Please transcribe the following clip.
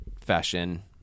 fashion